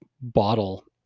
bottle